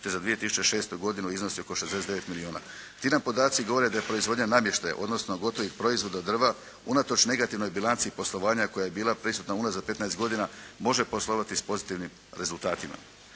te za 2006. iznosi oko 69 milijuna. Ti nam podaci govore da je proizvodnja namještaja odnosno gotovih proizvoda od drva unatoč negativnoj bilanci poslovanja koja je bila prisutna unazad 15 godina može poslovati s pozitivnim rezultatima.